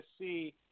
see